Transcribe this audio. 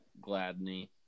Gladney